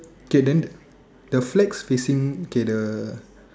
okay then the flags facing okay the